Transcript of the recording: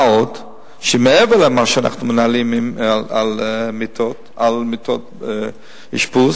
מה עוד שמעבר למשא-ומתן שאנחנו מנהלים על מיטות אשפוז,